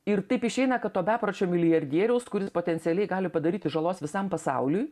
ir taip išeina kad to bepročio milijardieriaus kuris potencialiai gali padaryti žalos visam pasauliui